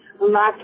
lots